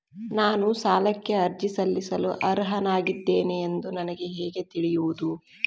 ನಾನು ಸಾಲಕ್ಕೆ ಅರ್ಜಿ ಸಲ್ಲಿಸಲು ಅರ್ಹನಾಗಿದ್ದೇನೆ ಎಂದು ನನಗೆ ಹೇಗೆ ತಿಳಿಯುವುದು?